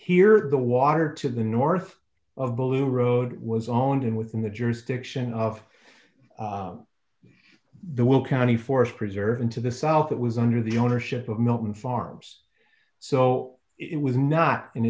here the water to the north of blue road was owned and within the jurisdiction of the will county forest preserve and to the south it was under the ownership of milton farms so it was not and